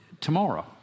tomorrow